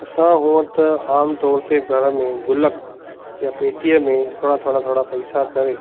असां हुंअ त आम तौर ते घर में गुलक या पेटीअ में थोरा थोरा थोरा थोरा पैसा करे